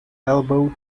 elbowed